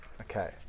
okay